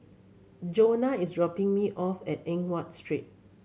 Johnna is dropping me off at Eng Watt Street